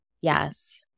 Yes